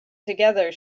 together